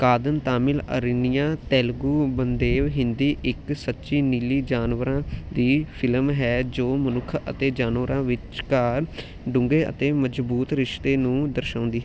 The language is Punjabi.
ਕਾਦਨ ਤਾਮਿਲ ਅਰਨਿਆ ਤੇਲੁਗੂ ਬਾਂਦੇਵ ਹਿੰਦੀ ਇੱਕ ਸੱਚੀ ਨੀਲੀ ਜਾਨਵਰਾਂਂ ਦੀ ਫ਼ਿਲਮ ਹੈ ਜੋ ਮਨੁੱਖ ਅਤੇ ਜਾਨਵਰਾਂ ਵਿਚਕਾਰ ਡੂੰਘੇ ਅਤੇ ਮਜ਼ਬੂਤ ਰਿਸ਼ਤੇ ਨੂੰ ਦਰਸਾਉਂਦੀ